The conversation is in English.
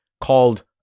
called